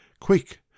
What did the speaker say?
Quick